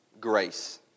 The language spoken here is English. grace